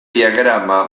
diagrama